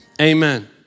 amen